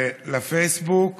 לפייסבוק,